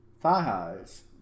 thigh-highs